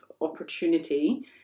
opportunity